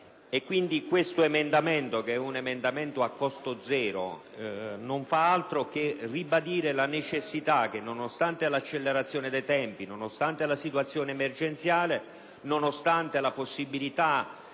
lavoro; questo emendamento, che è a costo zero, non fa altro che ribadire la necessità che, nonostante l'accelerazione dei tempi, nonostante la situazione emergenziale, e al di là della possibilità